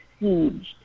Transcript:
sieged